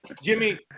Jimmy